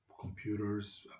computers